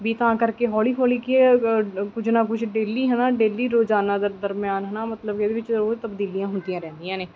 ਵੀ ਤਾਂ ਕਰਕੇ ਹੌਲੀ ਹੌਲੀ ਕੀ ਕੁਝ ਨਾ ਕੁਝ ਡੇਲੀ ਹੈ ਨਾ ਡੇਲੀ ਰੋਜ਼ਾਨਾ ਦਰ ਦਰਮਿਆਨ ਹੈ ਨਾ ਮਤਲਬ ਕਿ ਉਹਦੇ ਵਿੱਚ ਰੋਜ਼ ਤਬਦੀਲੀਆਂ ਹੁੰਦੀਆਂ ਰਹਿੰਦੀਆਂ ਨੇ